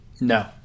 No